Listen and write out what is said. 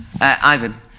Ivan